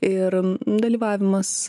ir dalyvavimas